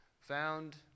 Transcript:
found